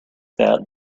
that